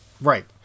Right